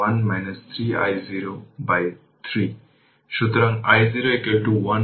এটি দীর্ঘ সময়ের জন্য ওপেন ছিল এবং শুধুমাত্র t 0 এ এটি ক্লোজ ছিল